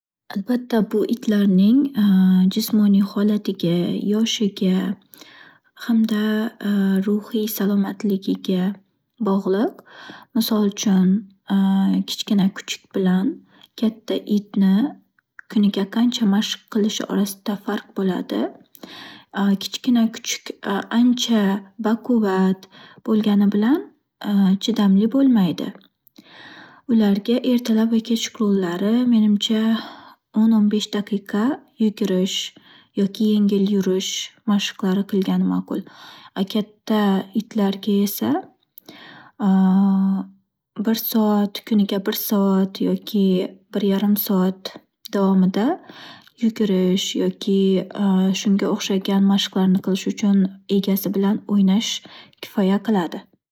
Albatta, bu itlarning jismoniy holatiga, yoshiga, hamda ruhiy salomatligiga bog'liq. Misol uchun kichkina kuchuk bilan katta itni kuniga qancha mashq qilishi orasida farq bo'ladi. Kichkina kuchuk ancha baquvvat bo'lgani bilan chidamli bo'lmaydi. Ularga ertalab va kechqurunlari, menimcha, o'n-o'n besh daqiqa yugurish yoki yengil yurish mashqlari qilgani ma'qul. A katta itlarga esa bir soat kuniga bir soat yoki bir yarim soat davomida yugurish yoki shunga o'xshagan mashqlarni qilish uchun egasi bilan o'ynash kifoya qiladi.